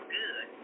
good